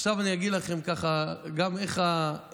עכשיו אני אגיד לכם גם איך האידיאולוגיה